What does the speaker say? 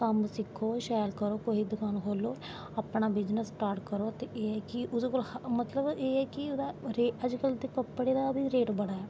कम्म सिक्खो शैल करो दकान खोल्लो अपनां बिज़नस स्टार्ट करो ते एह् ऐ कि मतलव एह् ऐ कि अज्ज कल दे कपड़ें दा बी कम्म बड़ा ऐ